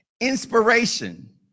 inspiration